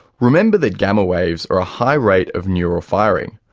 remember that gamma waves are a high rate of neural firing.